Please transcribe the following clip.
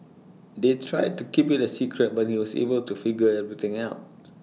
they tried to keep IT A secret but he was able to figure everything out